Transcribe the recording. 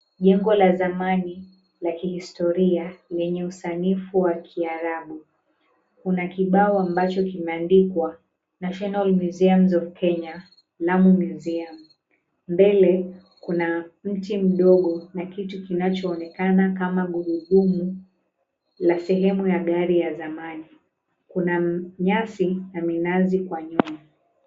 Jengo la zamani la kihistoria lenye usanifu wa kiarabu. Kuna kibao ambacho kimeandikwa National Museums of Kenya, Lamu Museum. Mbele kuna mti mdogo na kitu kinachoonekana kama gurudumu la sehemu ya gari ya zamani. Kuna nyasi na minazi kwa nyuma.